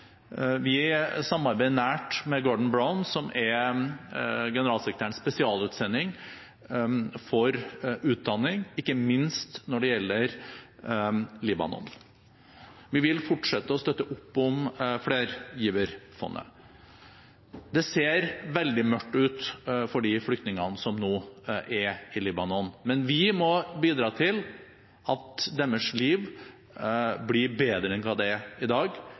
Vi samarbeider nært med Gordon Brown, som er FNs generalsekretærs spesialutsending for utdanning, ikke minst når det gjelder Libanon. Vi vil fortsette å støtte opp om flergiverfondet. Det ser veldig mørkt ut for de flyktningene som nå er i Libanon, men vi må bidra til at deres liv blir bedre enn hva det er i dag,